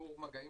ניטור מגעים